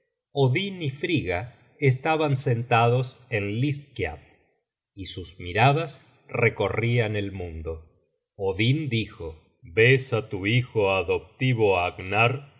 odin y frigga estaban sentados en hlidskialf y sus miradas recorrian el mundo odin dijo ves á tu hijo adoptivo agnar que